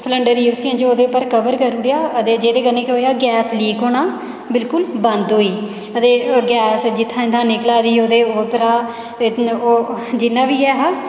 cylinder गी असें ओह्दे पर कवर करी ओड़ेआ जेह्दे कन्नै केह् होएया कि गैस लीक होना बिल्कुल बंद होई गेई ते गैस जित्थुआं एहदे निकला दी ही ते उप्परां ओह् जिन्ना बी ऐ हा